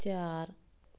ਚਾਰ